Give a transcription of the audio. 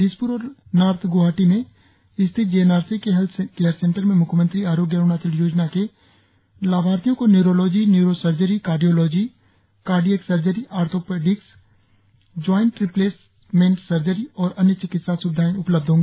दिसप्र और नार्थ ग्वाहाटी में स्थित जी एन आर सी के हेल्थ केयर सेंटर में मुख्यमंत्री आरोग्य अरुणाचल योजना के लाभार्थियो को neurology neuro surgery cardiology cardiac surgery orthopaedics joint replacement surgery और अन्य चिकित्सा स्विधाए उपलब्ध होंगी